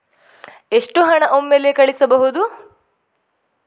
ಎಷ್ಟು ಹಣ ಒಮ್ಮೆಲೇ ಕಳುಹಿಸಬಹುದು?